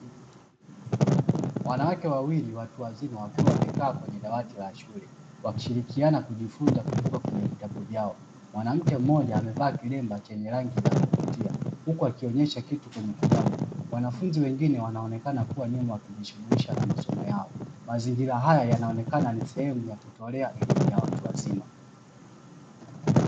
Wanawake wawili watu wazima, wakiwa wamekaa kwenye dawati la shule, wakishirikiana kujifunza kutoka kwenye vitabu vyao. Mwanamke mmoja amevaa kilemba chenye rangi ya kuvutia, huku akionesha kitu kwenye kitabu. Wanafunzi wengine wanaonekana kuwa nyuma wakijishughulisha na masomo yao. Mazingira haya yanaonekana ni sehemu ya kutolea elimu ya watu wazima.